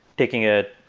taking it,